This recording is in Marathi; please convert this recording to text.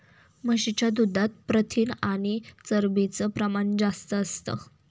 म्हशीच्या दुधात प्रथिन आणि चरबीच प्रमाण जास्त असतं